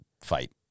fight